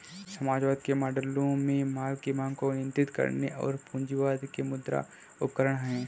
समाजवाद के मॉडलों में माल की मांग को नियंत्रित करने और पूंजीवाद के मुद्रा उपकरण है